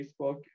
Facebook